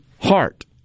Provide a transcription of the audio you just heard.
heart